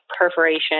perforation